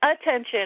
attention